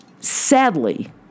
Sadly